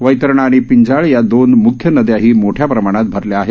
वैतरणा आणि पिंजाळ या म्ख्य नद्या ही मोठ्याप्रमाणात अरल्या आहेत